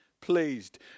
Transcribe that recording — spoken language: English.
pleased